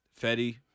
Fetty